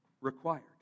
required